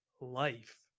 life